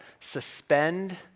suspend